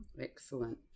Excellent